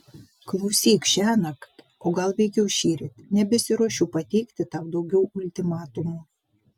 klausyk šiąnakt o gal veikiau šįryt nebesiruošiu pateikti tau daugiau ultimatumų